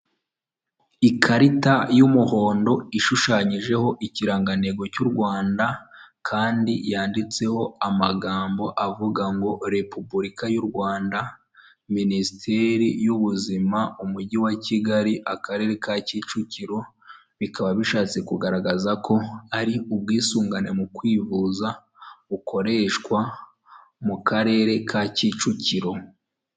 Ikarita y'umuhondo ishushanyijeho ikirangantego cy'u Rwanda kandi yanditseho amagambo avuga ngo repubulika y'u Rwanda, Minisiteri y'ubuzima umujyi wa Kigali, akarere ka Kicukiro bikaba bishatse kugaragaza ko ari ubwisungane mu kwivuza bukoreshwa mu karere ka Kicukiro.